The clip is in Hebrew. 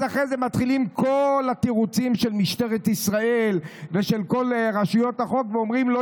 אז מתחילים כל התירוצים של משטרת ישראל ושל רשויות החוק שאומרות: לא